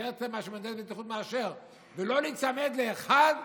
במסגרת מה שמהנדס הבטיחות מאשר, ולא להיצמד לאחד,